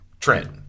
Trent